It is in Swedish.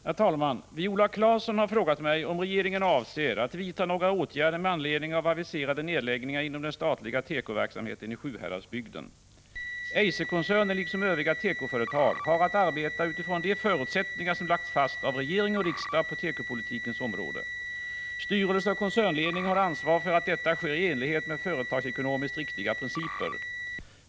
Herr talman! Viola Claesson har frågat mig om regeringen avser att vidta några åtgärder med anledning av aviserade nedläggningar inom den statliga tekoverksamheten i Sjuhäradsbygden. Eiserkoncernen, liksom övriga tekoföretag, har att arbeta utifrån de förutsättningar som lagts fast av regering och riksdag på tekopolitikens område. Styrelse och koncernledning har ansvar för att detta sker i enlighet med företagsekonomiskt riktiga principer.